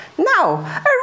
Now